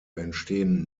entstehen